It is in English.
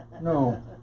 No